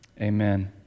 amen